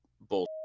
bull